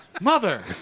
Mother